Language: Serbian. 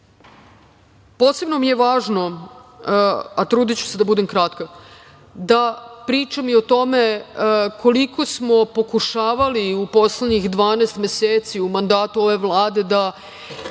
mi je važno, a trudiću se da budem kratka, da pričam i o tome koliko smo pokušavali u poslednjih 12 meseci u mandatu ove Vlade da